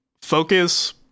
Focus